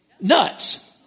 Nuts